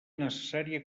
necessària